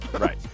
right